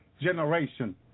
generation